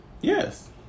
Yes